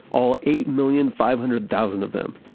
all eight million five hundred thousand of them,